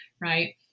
right